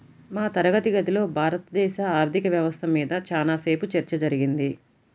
మా తరగతి గదిలో భారతదేశ ఆర్ధిక వ్యవస్థ మీద చానా సేపు చర్చ జరిగింది